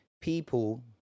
people